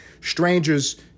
Strangers